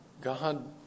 God